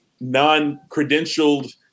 non-credentialed